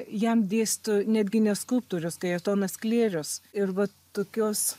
jam dėsto netgi ne skulptorius kajetonas sklėrius ir vat tokios